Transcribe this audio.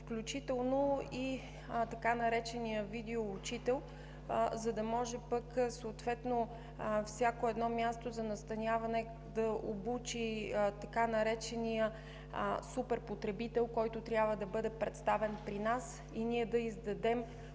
включително и така наречения видеоучител, за да може пък съответно всяко едно място за настаняване да обучи така наречения супер потребител, който трябва да бъде представен при нас и ние да издадем